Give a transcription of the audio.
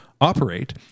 operate